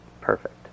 Perfect